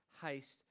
haste